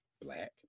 black